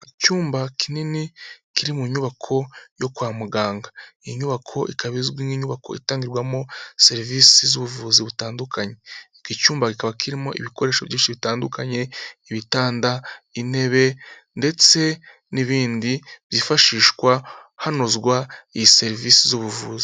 Icyumba kinini kiri mu nyubako yo kwa muganga, iyi nyubako ikaba izwi nk'inyubako itangirwamo serivisi z'ubuvuzi butandukanye, iki cyumba kikaba kirimo ibikoresho byinshi bitandukanye ibitanda, intebe ndetse n'ibindi byifashishwa hanozwa iyi serivisi z'ubuvuzi.